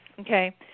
Okay